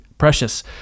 precious